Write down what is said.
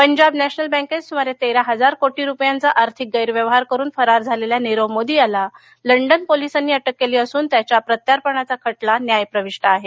Punjab national बँकेत सुमारे तेरा हजार कोटी रुपयांचा आर्थिक गैरव्यवहार करून फरार झालेल्या नीरव मोदी याला लंडन पोलिसांनी अटक केली असून त्याच्या प्रत्यर्पणाचा खटला न्यायप्रविष्ट आहे